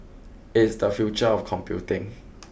it is the future of computing